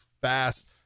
fast